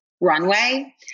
runway